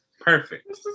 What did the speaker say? Perfect